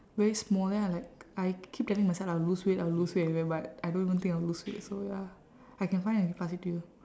very small then I like I keep telling myself I will lose weight I will lose weight everywhere but I don't even think I'll lose weight so ya I can find and pass it to you